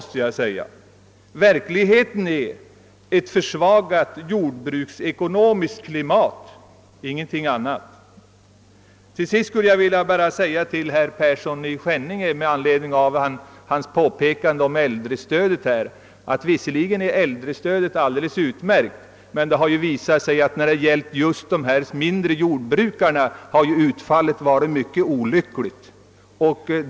I verkligheten har det jordbruksekonomiska klimatet försämrats. Det påpekande herr Persson i Skänninge gjorde beträffande äldrestödet vill jag bemöta med att säga att detta stöd visserligen är utmärkt men att resultatet beträffande just de av oss diskuterade mindre jordbrukarna har varit mycket olyckligt.